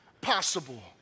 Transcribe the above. possible